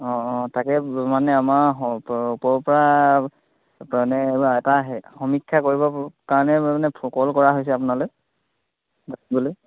অঁ অঁ তাকে মানে আমাৰ ওপৰপৰা মানে এটা সমীক্ষা কৰিব কাৰণে মানে কল কৰা হৈছে আপোনালৈ